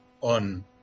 on